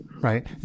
right